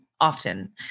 often